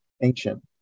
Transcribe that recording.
ancient